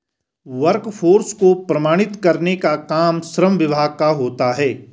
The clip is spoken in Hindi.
वर्कफोर्स को प्रमाणित करने का काम श्रम विभाग का होता है